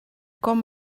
com